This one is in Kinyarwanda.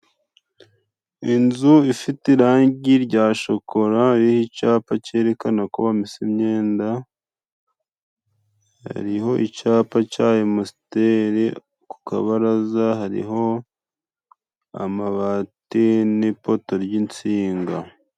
Inzu ifite irangi rya shokora ,iriho icapa cyerekana ko bamesa imyenda, hariho icyapa cayo musiteri ku kabaraza ,hariho amabati n'ipoto ry'insinga.